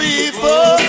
People